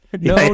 No